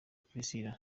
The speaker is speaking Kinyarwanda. priscillah